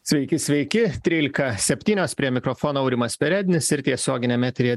sveiki sveiki trylika septynios prie mikrofono aurimas perednis ir tiesioginiam eteryje